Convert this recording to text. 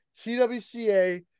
TWCA